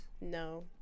No